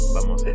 Vamos